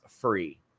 free